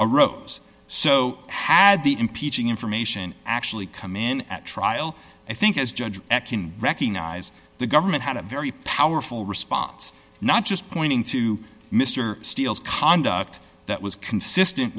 a rose so had the impeaching information actually come in at trial i think as judge can recognize the government had a very powerful response not just pointing to mr steele's conduct that was consistent